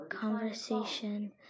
conversation